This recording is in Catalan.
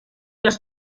les